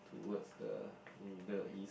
towards the Middle-East